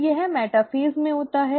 तो यह मेटाफ़ेज़ में होता है